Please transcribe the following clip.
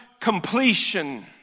completion